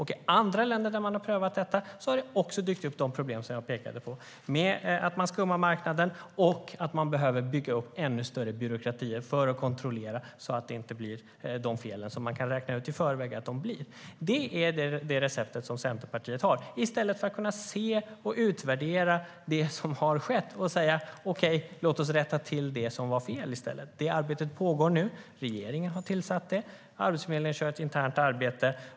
I andra länder där man prövat detta har också de problem som jag pekade på dykt upp. Man skummar marknaden och behöver bygga upp ännu större byråkratier för att kontrollera att de fel som man kan räkna ut i förväg inte uppstår. Det är det recept som Centerpartiet har, i stället för att utvärdera det som skett och rätta till det som varit fel. Det arbetet pågår nu. Regeringen har tillsatt det. Arbetsförmedlingen gör ett internt arbete.